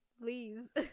please